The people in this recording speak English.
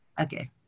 Okay